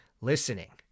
listening